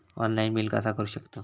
Online bill कसा करु शकतव?